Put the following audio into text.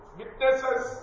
witnesses